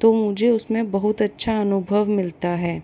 तो मुझे उसमें बहुत अच्छा अनुभव मिलता है